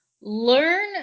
learn